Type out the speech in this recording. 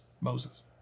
Moses